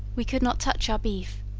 we could not touch our beef,